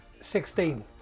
Sixteen